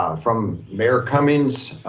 um from mayor cummings,